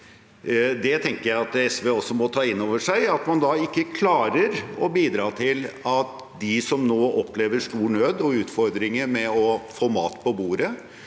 Det tenker jeg at SV også må ta inn over seg – at man ikke klarer å bidra til at de som nå opplever stor nød og utfordringer med å få mat på bordet,